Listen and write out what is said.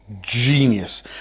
Genius